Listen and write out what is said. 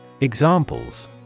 Examples